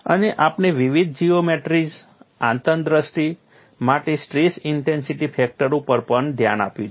અને આપણે વિવિધ જીઓમેટ્રીઝ આંતરદૃષ્ટિ માટે સ્ટ્રેસ ઇન્ટેન્સિટી ફેક્ટર ઉપર પણ ધ્યાન આપ્યું છે